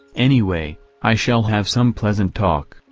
anyway i shall have some pleasant talk,